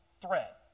threat